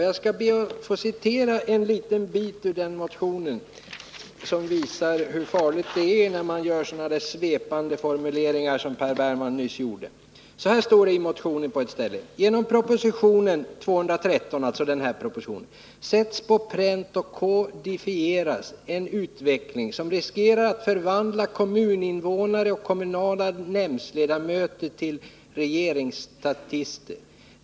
Jag skall citera en bit ur den socialdemokratiska motionen för att visa hur farligt det är att göra så svepande formuleringar som den Per Bergman nyss gjorde. Så här står det nämligen på ett ställe om propositionen: ”Genom propositionen 1978/79:213” — alltså den proposition vi nu talar om — ”sätts på pränt och kodifieras en utveckling som riskerar att förvandla kommuninvånare och kommunala nämndsledamöter till regeringsstatister.